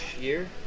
year